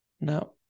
Now